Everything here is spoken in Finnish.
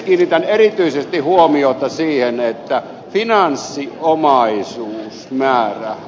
kiinnitän erityisesti huomiota siihen että finanssiomaisuusmäärä